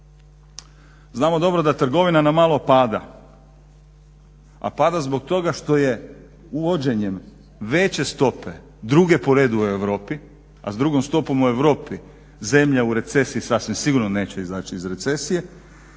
Znamo dobro da trgovina na malo pada, a pada zbog toga što je uvođenjem veće stope, druge po redu u Europi, a s drugom stopom u Europi zemlja u recesiji sasvim sigurno neće izaći iz recesije,